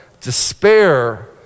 despair